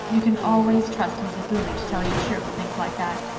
you can always trust mrs. lilly to tell you cheerful things like that.